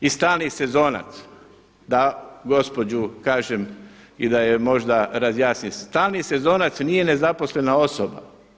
I stalni sezonac, da gospođi kažem i da joj možda razjasnim, stalni sezonac nije nezaposlena osoba.